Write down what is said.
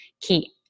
key